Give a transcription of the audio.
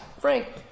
frank